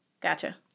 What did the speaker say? Gotcha